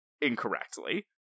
incorrectly